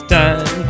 time